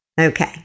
Okay